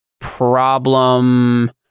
problem